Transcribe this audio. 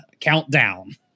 Countdown